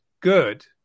good